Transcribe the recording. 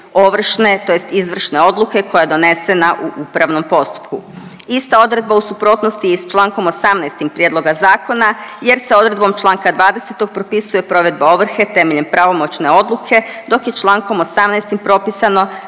ovršne tj. izvršne odluke koja je donesena u upravnom postupku. Ista odredba u suprotnosti je i s Člankom 18. prijedlogom zakona jer se odredbom Članaka 20. propisuje provedba ovrhe temeljem pravomoćne odluke dok je Člankom 18. propisano